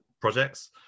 projects